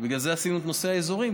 בגלל זה עשינו את נושא האזורים,